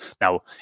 Now